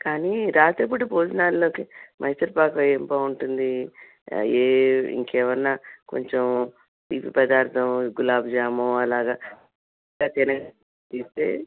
కానీ రాత్రిపూట భోజనాల్లోకి మైసూర్ పాక్ ఏం బాగుంటుంది ఏ ఇంకేమైనా కొంచెం తీపి పదార్థం గులాబ్ జామున్ అలాగా